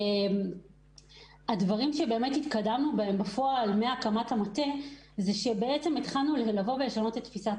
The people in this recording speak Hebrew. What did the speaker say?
הדברים שהתקדמנו בהם בפועל זה שינוי תפיסת